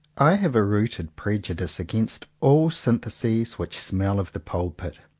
i have a rooted prejudice against all syntheses which smell of the pulpit,